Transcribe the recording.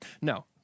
No